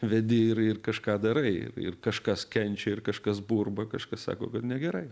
vedi ir ir kažką darai ir kažkas kenčia ir kažkas burba kažkas sako kad negerai